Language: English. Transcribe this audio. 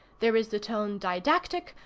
there is the tone didactic,